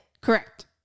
Correct